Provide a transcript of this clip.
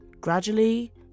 Gradually